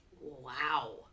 Wow